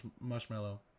marshmallow